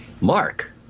Mark